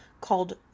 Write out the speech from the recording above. called